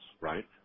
right